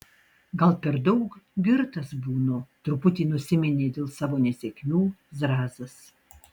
gal per daug girtas būnu truputi nusiminė dėl savo nesėkmių zrazas